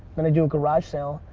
and they do a garage sale,